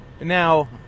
Now